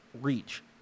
reach